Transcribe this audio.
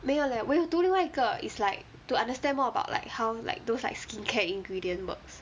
没有 leh 我有读另外一个 is like to understand more about like how like those like skincare ingredient works